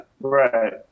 Right